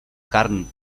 carn